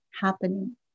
happening